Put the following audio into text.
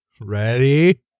Ready